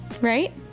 Right